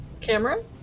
Camera